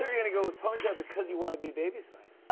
gonna go with ponytail because you want to be baby spice.